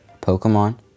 Pokemon